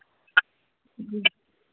जी